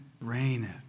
reigneth